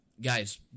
guys